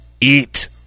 eat